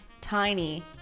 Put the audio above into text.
tiny